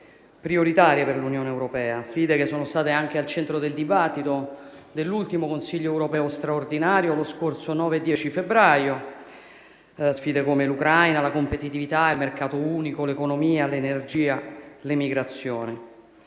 prioritarie per l'Unione europea, sfide che sono state anche al centro del dibattito dell'ultimo Consiglio europeo straordinario lo scorso 9-10 febbraio: l'Ucraina, la competitività, il mercato unico, l'economia, l'energia, l'emigrazione.